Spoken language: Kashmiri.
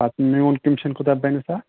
اَدٕ میٛون کٔمِشَن کوتاہ بَیٚؠس اَتھ